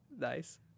Nice